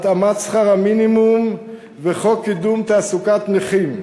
התאמת שכר המינימום וחוק קידום תעסוקת נכים.